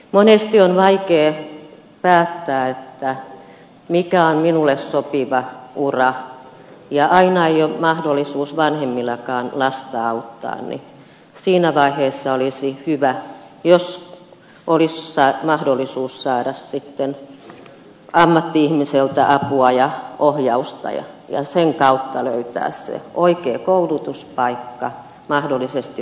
monesti on vaikea päättää mikä on minulle sopiva ura ja aina ei ole mahdollisuutta vanhemmillakaan lasta auttaa joten siinä vaiheessa olisi hyvä jos olisi mahdollisuus saada sitten ammatti ihmiseltä apua ja ohjausta ja sen kautta löytää se oikea koulutuspaikka mahdollisesti oppisopimuspaikka